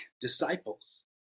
disciples